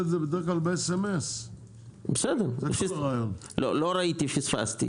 לא ראיתי, פספסתי.